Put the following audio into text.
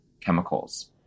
chemicals